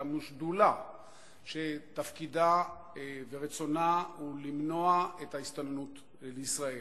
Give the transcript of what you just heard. הקמנו שדולה שתפקידה ורצונה למנוע את ההסתננות לישראל.